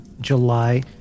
July